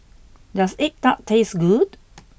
does egg Tart taste good